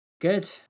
Good